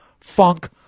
Funk